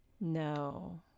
No